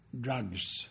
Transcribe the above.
drugs